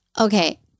okay